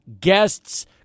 guests